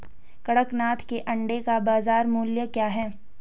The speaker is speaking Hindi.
कड़कनाथ के अंडे का बाज़ार मूल्य क्या है?